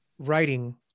writing